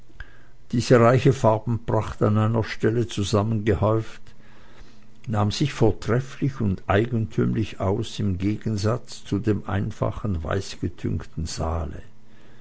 diese reiche farbenpracht an einer stelle zusammengehäuft nahm sich vortrefflich und eigentümlich aus im gegensatze zu dem einfachen weißgetünchten saale